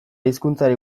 hizkuntzari